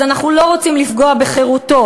אז אנחנו לא רוצים לפגוע בחירותו,